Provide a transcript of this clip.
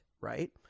right